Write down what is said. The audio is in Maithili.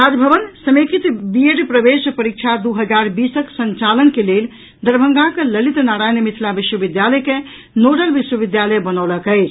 राजभवन समेकित बीएड प्रवेश परीक्षा दू हजार बीसक संचालन के लेल दरभंगाक ललित नारायण मिथिला विश्वविद्यालय के नोडल विश्वविद्यालय बनौलक अछि